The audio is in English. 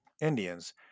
Indians